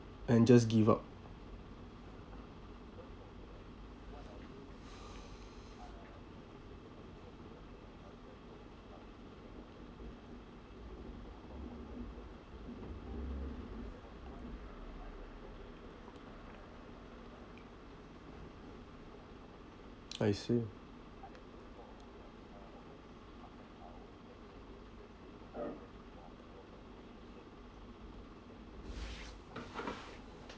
and just give up I see